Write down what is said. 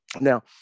Now